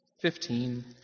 fifteen